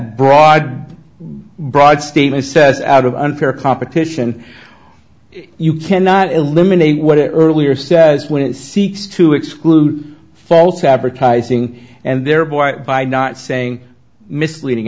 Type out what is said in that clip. broad broad statement says out of unfair competition you cannot eliminate what it earlier says when it seeks to exclude false advertising and thereby by not saying misleading